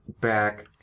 back